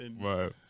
Right